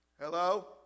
Hello